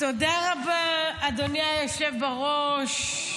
תודה רבה, אדוני היושב בראש.